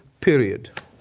period